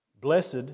Blessed